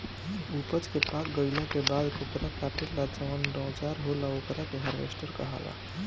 ऊपज के पाक गईला के बाद ओकरा काटे ला जवन औजार होला ओकरा के हार्वेस्टर कहाला